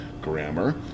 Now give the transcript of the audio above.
Grammar